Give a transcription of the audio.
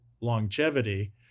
longevity